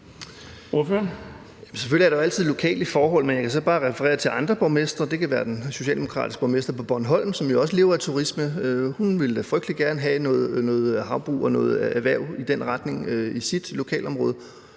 Selvfølgelig er der altid lokale forhold, men jeg kan så bare referere til andre borgmestre. Det kan være den socialdemokratiske borgmester på Bornholm, som jo også lever af turisme. Hun ville da frygtelig gerne have noget havbrug og noget erhverv i den retning i sit lokalområde.